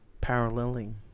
paralleling